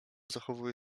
zachowuje